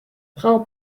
frau